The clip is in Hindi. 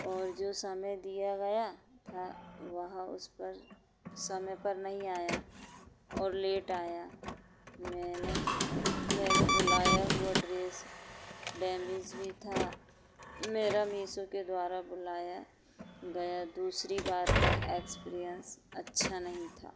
और जो समय दिया गया था वह उस पर समय पर नहीं आया और लेट आया मैंने मेरे बुलाया हुआ ड्रेस डैमेज भी था मेरा मीसो के द्वारा बुलाया गया दूसरी बार का एक्सपीरियंस अच्छा नहीं था